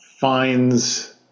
finds